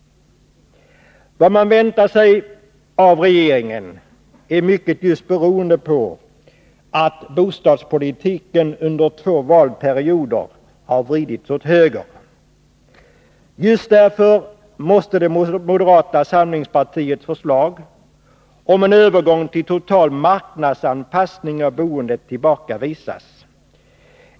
Vad man väntar sig av regeringen är mycket just beroende på att bostadspolitiken under två valperioder vridits åt höger. Just därför måste moderata samlingspartiets förslag om en övergång till total marknadsanpassning av boendet tillbakavisas.